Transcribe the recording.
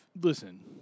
listen